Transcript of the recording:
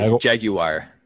Jaguar